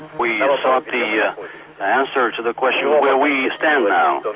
we you know sought the yeah answer to the question of where we stand now.